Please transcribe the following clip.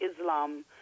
Islam